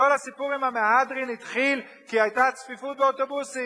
כל הסיפור עם המהדרין התחיל כי היתה צפיפות באוטובוסים.